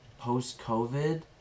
post-COVID